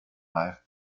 life